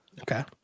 Okay